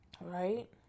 right